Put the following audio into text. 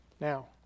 Now